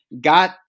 got